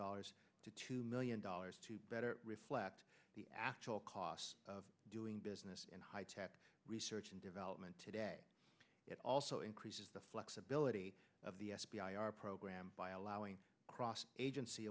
dollars to two million dollars to better reflect the actual costs of doing business in high tech research and development today it also increases the flexibility of the f b i our program by allowing cross agency